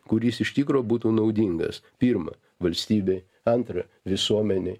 kuris iš tikro būtų naudingas pirma valstybei antra visuomenei